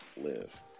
live